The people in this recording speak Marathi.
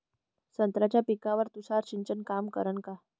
संत्र्याच्या पिकावर तुषार सिंचन काम करन का?